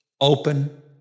open